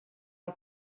are